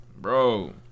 Bro